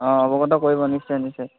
অঁ অৱগত কৰিব নিশ্চয় নিশ্চয়